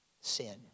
sin